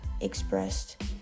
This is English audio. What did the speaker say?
expressed